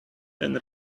than